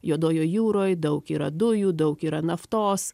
juodojoj jūroj daug yra dujų daug yra naftos